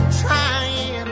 trying